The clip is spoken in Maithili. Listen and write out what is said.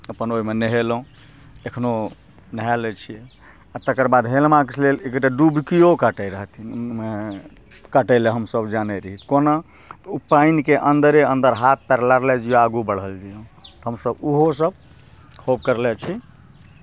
अपन ओहिमे नहयलहुँ एखनहु नहाए लै छियै आ तकर बाद हेलबाके लेल एक गोटा डुबकिओ काटै रहथिन ओहिमे काटै लए हम सभ जानै रहियै कोना तऽ ओ पानिके अन्दरे अन्दर हाथ पैर लारले जइयै आगू बढ़ल जइयै हम तऽ हमसभ ओहोसभ खूब करले छी